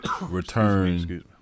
return